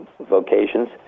vocations